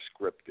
scripted